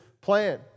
plan